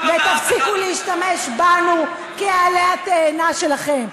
ותפסיקו להשתמש בנו כבעלה התאנה שלכם.